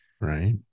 right